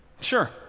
Sure